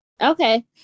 Okay